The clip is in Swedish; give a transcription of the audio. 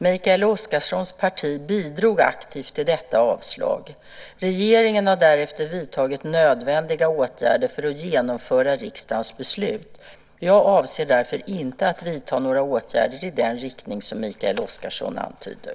Mikael Oscarssons parti bidrog aktivt till detta avslag. Regeringen har därefter vidtagit nödvändiga åtgärder för att genomföra riksdagens beslut. Jag avser därför inte att vidta några åtgärder i den riktning som Mikael Oscarsson antyder.